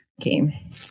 Okay